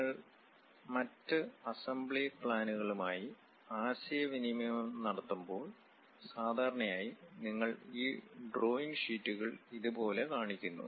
നിങ്ങൾ മറ്റ് അസംബ്ലി പ്ലാനുകളുമായി ആശയവിനിമയം നടത്തുമ്പോൾ സാധാരണയായി നിങ്ങൾ ഈ ഡ്രോയിംഗ് ഷീറ്റുകൾ ഇത് പോലെ കാണിക്കുന്നു